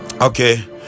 Okay